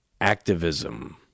activism